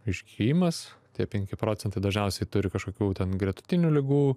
išgijimas tie penki procentai dažniausiai turi kažkokių ten gretutinių ligų